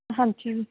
ਹਾਂਜੀ